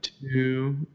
two